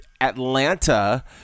Atlanta